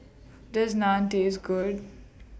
Does Naan Taste Good